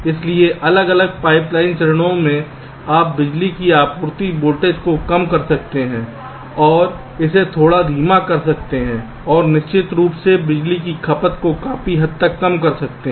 इसलिए अलग अलग पाइपलाइन चरणों से आप बिजली की आपूर्ति वोल्टेज को कम कर सकते हैं और इसे थोड़ा धीमा कर सकते हैं और निश्चित रूप से बिजली की खपत को काफी हद तक कम कर सकते हैं